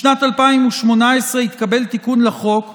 בשנת 2018 התקבל תיקון לחוק שהסמיך,